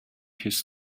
his